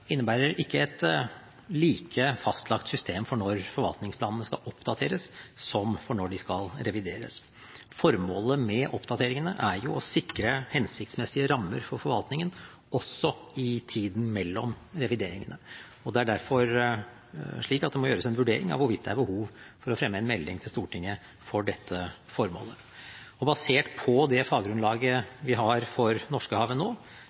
innebærer ikke et like fastlagt system for når forvaltningsplanene skal oppdateres, som for når de skal revideres. Formålet med oppdateringene er å sikre hensiktsmessige rammer for forvaltningen, også i tiden mellom revideringene. Det er derfor slik at det må gjøres en vurdering av hvorvidt det er behov for å fremme en melding til Stortinget for dette formålet. Basert på det faggrunnlaget vi har for Norskehavet nå,